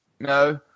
no